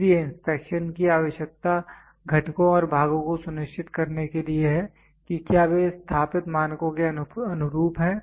इसलिए इंस्पेक्शन की आवश्यकता घटकों और भागों को सुनिश्चित करने के लिए है कि क्या वे स्थापित मानकों के अनुरूप हैं